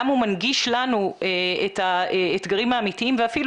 גם הוא מנגיש לנו את האתגרים האמיתיים ואפילו